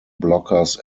blockers